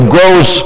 grows